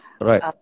right